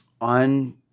on